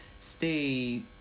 stay